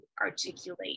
articulate